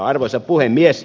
arvoisa puhemies